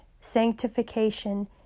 Sanctification